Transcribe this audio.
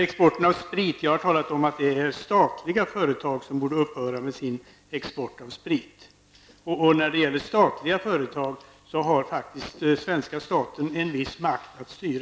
exporten av sprit har jag talat om att statliga företag bör upphöra med sin export av sprit. När det gäller statliga företag har faktiskt svenska staten en viss makt att styra.